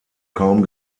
kaum